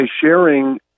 sharing